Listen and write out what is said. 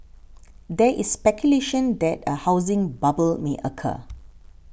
there is speculation that a housing bubble may occur